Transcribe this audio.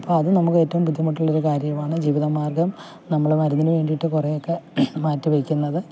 അപ്പം അത് നമുക്ക് ഏറ്റവും ബുദ്ധിമുട്ടുള്ള ഒരു കാര്യമാണ് ജീവിതമാർഗ്ഗം നമ്മൾ മരുന്നിന്നുവേണ്ടിയിട്ട് കുറേയൊക്ക മാറ്റിവെയ്ക്കുന്നത്